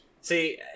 See